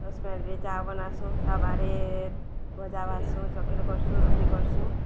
ସସ୍ପେନ୍ରେ ଚାହା ବନାସୁଁ ତାୱାରେ ଭଜା ବାସୁଁ ଚକଲ କରସୁଁ ରୁଟି କରସୁଁ